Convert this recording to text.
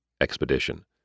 Expedition